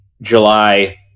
July